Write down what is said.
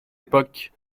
époque